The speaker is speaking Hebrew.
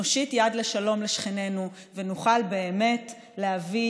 נושיט יד לשלום לשכנינו ונוכל באמת להביא